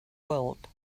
world